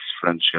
friendship